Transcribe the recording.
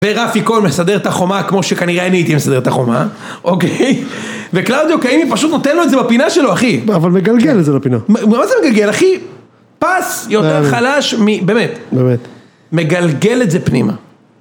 ורפי כהן מסדר את החומה כמו שכנראה אני הייתי מסדר את החומה, אוקיי? וקלאודיו קייני פשוט נותן לו את זה בפינה שלו אחי אבל מגלגל את זה בפינה מה זה מגלגל אחי? פס יותר חלש מ.. באמת מגלגל את זה פנימה